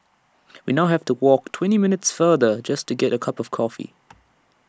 we now have to walk twenty minutes farther just to get A cup of coffee